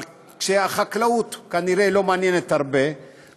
אבל כשהחקלאות כנראה לא מעניינת הרבה, תודה רבה.